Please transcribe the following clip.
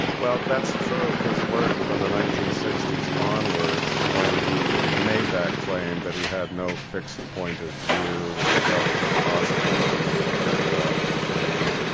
that's true of his work from the nineteen sixty s onwards when he made that claim that he had no fixed point of view, which he thought was impossible in an age of technological change.